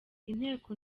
intego